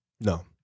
No